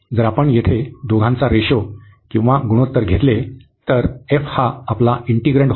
जर आपण येथे दोघांचे गुणोत्तर घेतले तर f हा आपला इंटिग्रन्ड होता